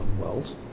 world